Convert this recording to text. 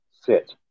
sit